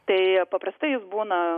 tai paprastai jis būna